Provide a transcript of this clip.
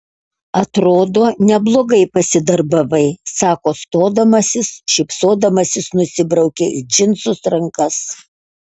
atrodo neblogai pasidarbavai sako stodamasis šypsodamasis nusibraukia į džinsus rankas